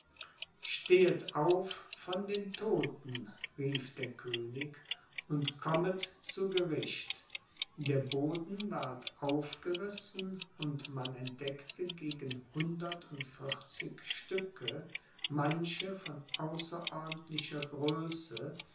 stehet auf von den todten rief der könig und kommet zu gericht der boden ward aufgerissen und man entdeckte gegen hundert und vierzig stücke manche von außerordentlicher